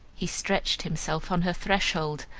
he stretched himself on her threshold,